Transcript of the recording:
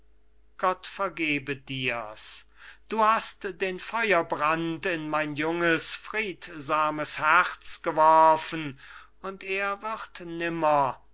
geh gott vergebe dirs du hast den feuerbrand in mein junges friedsames herz geworfen und er wird